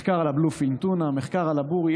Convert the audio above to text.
מחקר על הטונה בלו-פין, מחקר על הבורי.